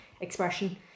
expression